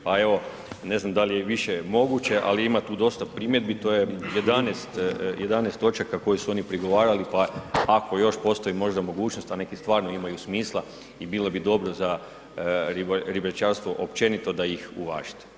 Pa evo ne znam da li je više moguće ali ima tu dosta primjedbi, to je 11 točaka koje su oni prigovarali pa ako još postoji možda mogućnost a neki stvarno imaju smisla i bilo bi dobro za ribničarstvo općenito da ih uvažite.